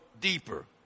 deeper